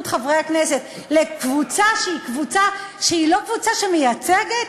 חברי כנסת לקבוצה שהיא לא קבוצה שמייצגת,